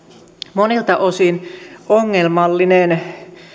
monelta osin ongelmallinen